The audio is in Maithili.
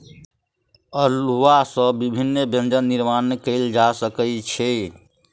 अउलुआ सॅ विभिन्न व्यंजन निर्माण कयल जा सकै छै